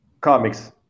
comics